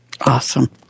Awesome